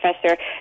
Professor